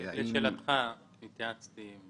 קיים